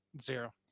Zero